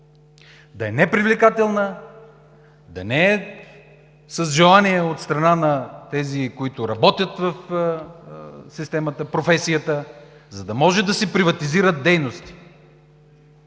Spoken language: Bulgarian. да е непривлекателна, да не е с желание от страна на тези, които работят професията в системата, за да може да се приватизират дейности.